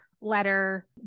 letter